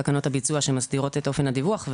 תקנות הביצוע שמסדירות את אופן הדיווח,